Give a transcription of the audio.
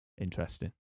Interesting